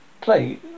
play